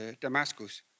Damascus